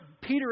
Peter